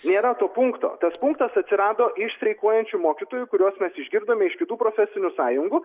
nėra to punkto tas punktas atsirado iš streikuojančių mokytojų kuriuos mes išgirdome iš kitų profesinių sąjungų